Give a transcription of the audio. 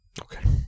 Okay